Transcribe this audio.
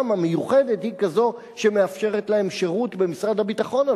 המיוחדת היא כזאת שמאפשרת להן שירות במשרד הביטחון,